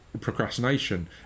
procrastination